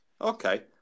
Okay